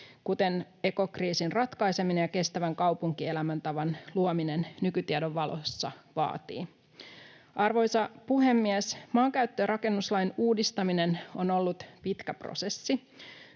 kuten ekokriisin ratkaiseminen ja kestävän kaupunkielämäntavan luominen nykytiedon valossa vaativat. Arvoisa puhemies! Maankäyttö- ja rakennuslain uudistaminen on ollut pitkä prosessi.